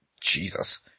Jesus